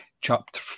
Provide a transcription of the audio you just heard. chapter